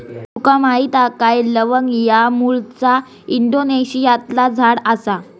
तुका माहीत हा काय लवंग ह्या मूळचा इंडोनेशियातला झाड आसा